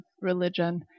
religion